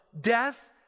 death